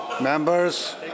Members